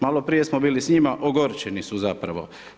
Maloprije smo bili s njima, ogorčeni su zapravo.